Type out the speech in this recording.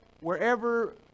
wherever